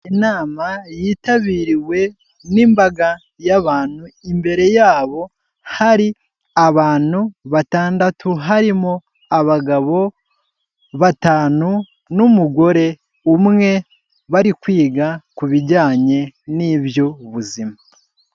Inama yitabiriwe n'imbaga y'abantu imbere yabo hari abantu batandatu, harimo abagabo batanu n'umugore umwe bari kwiga ku bijyanye n'iby'ubuzima.